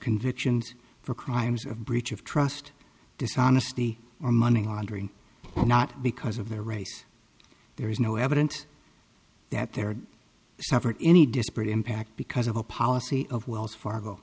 convictions for crimes of breach of trust dishonesty or money laundering or not because of their race there is no evidence that there suffered any disparate impact because of a policy of wells fargo